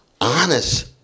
honest